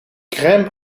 crème